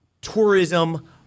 tourism